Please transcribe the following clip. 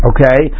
Okay